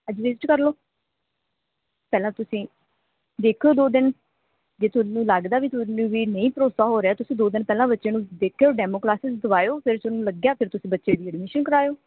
ਅੱਜ ਵਿਜਿਟ ਕਰ ਲਓ ਪਹਿਲਾਂ ਤੁਸੀਂ ਦੇਖੋ ਦੋ ਦਿਨ ਜੇ ਤੁਹਾਨੂੰ ਲੱਗਦਾ ਵੀ ਤੁਹਾਨੂੰ ਵੀ ਨਹੀਂ ਭਰੋਸਾ ਹੋ ਰਿਹਾ ਤੁਸੀਂ ਦੋ ਦਿਨ ਪਹਿਲਾਂ ਬੱਚੇ ਨੂੰ ਦੇਖਿਓ ਡੈਮੋ ਕਲਾਸਿਸ ਦਿਵਾਇਓ ਫਿਰ ਜੇ ਤੁਹਾਨੂੰ ਲੱਗਿਆ ਫਿਰ ਤੁਸੀਂ ਬੱਚੇ ਦੀ ਐਡਮਿਸ਼ਨ ਕਰਾਇਓ